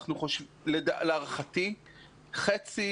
להערכתי חצי